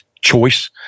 choice